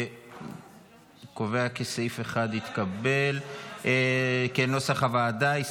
אני קובע כי סעיף 1, כנוסח הוועדה, התקבל.